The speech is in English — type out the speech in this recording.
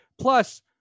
Plus